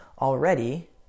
already